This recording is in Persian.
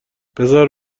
بزار